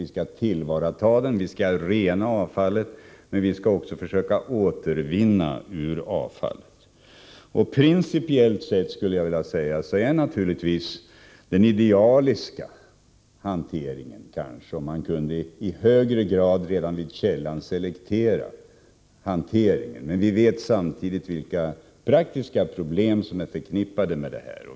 Vi skall tillvarata och rena avfallet, men vi skall också försöka återvinna ur avfallet. Principiellt sett, skulle jag vilja säga, är naturligtvis den idealiska hanteringen kanske om man i högre grad kunde redan vid källan selektera hanteringen. Men vi vet samtidigt vilka praktiska problem som är förknippade med detta.